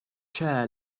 chair